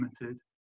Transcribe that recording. limited